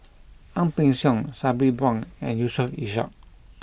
Ang Peng Siong Sabri Buang and Yusof Ishak